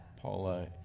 Paula